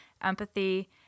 empathy